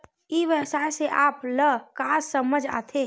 ई व्यवसाय से आप ल का समझ आथे?